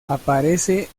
aparece